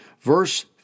verse